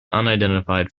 unidentified